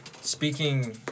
speaking